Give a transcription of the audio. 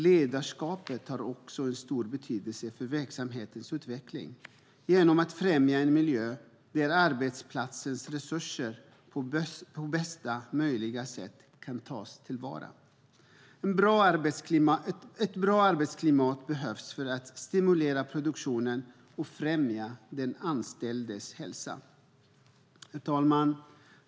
Ledarskapet har också stor betydelse för verksamhetens utveckling när det gäller att främja en miljö där arbetsplatsens resurser kan tas till vara på bästa möjliga sätt. Ett bra arbetsklimat behövs för att stimulera produktionen och för att främja den anställdes hälsa. Herr talman!